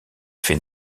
fait